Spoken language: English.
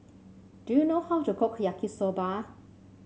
do you know how to cook Yaki Soba